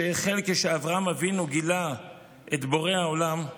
שהחל כשאברהם אבינו גילה את בורא העולם,